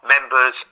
members